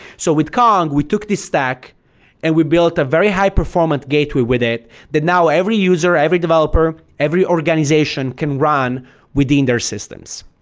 so with kong, we took this stack and we built a very high-performant gateway with it that not every user, every developer, every organization can run within their systems.